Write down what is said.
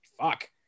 fuck